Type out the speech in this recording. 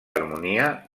harmonia